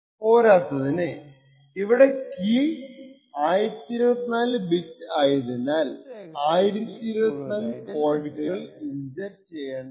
പോരാത്തതിന് ഇവിടെ key 1024 bit ആയതിനാൽ 1024 ഫോൾട്ടുകൾ ഇൻജെക്റ്റ് ചെയ്യേണ്ടതായിട്ട് വരും രഹസ്യ കീ മുഴുവനായി ലഭിക്കാൻ